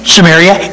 Samaria